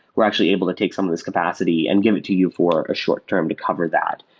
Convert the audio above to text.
we're actually able to take some of this capacity and give it to you for a short term to cover that,